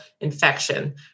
infection